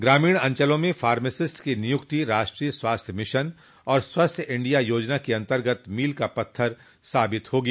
ग्रामीण अंचलों में फार्मासिस्ट की नियुक्ति राष्ट्रीय स्वास्थ्य मिशन तथा स्वस्थ इंडिया योजना के अंतर्गत मोल का पत्थर साबित होगी